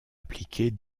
appliquée